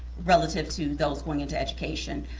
relative to those going into education.